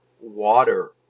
water